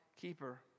keeper